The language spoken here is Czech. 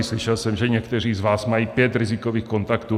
Slyšel jsem, že někteří z vás mají pět rizikových kontaktů.